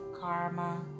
karma